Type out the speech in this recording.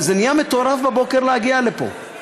זה נהיה מטורף בבוקר להגיע לפה.